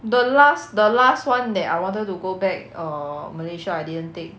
the last the last [one] that I wanted to go back err malaysia I didn't take